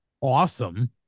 awesome